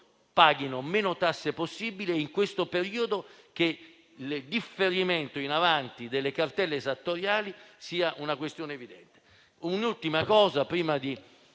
paghino meno tasse possibili in questo periodo e che il differimento in avanti delle cartelle esattoriali sia una questione evidente. Prima di